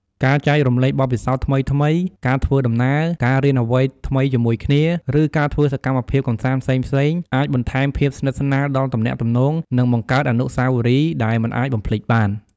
ការចែករំលែកបទពិសោធន៍ថ្មីៗ ការធ្វើដំណើរ ការរៀនអ្វីថ្មីជាមួយគ្នា ឬការធ្វើសកម្មភាពកម្សាន្តផ្សេងៗ អាចបន្ថែមភាពស្និទ្ធស្នាលដល់ទំនាក់ទំនង និងបង្កើតអនុស្សាវរីយ៍ដែលមិនអាចបំភ្លេចបាន។